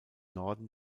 norden